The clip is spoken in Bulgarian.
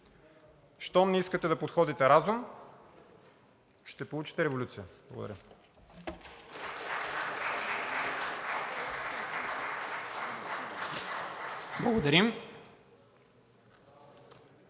Щом не искате да подходите с разум, ще получите революция! Благодаря.